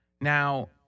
Now